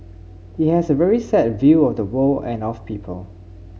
he has a very set view of the world and of people